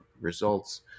results